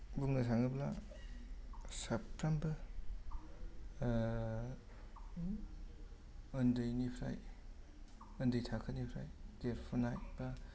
बुंनो थाङोब्ला साफ्रोमबो उन्दैनिफ्राय उन्दै थाखोनिफ्राय देरफुनाय बा